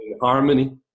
harmony